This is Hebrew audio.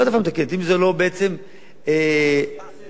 עשיית צדק.